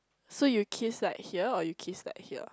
so you kiss like here or you kiss like here